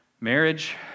marriage